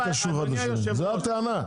התיאום, זו הטענה.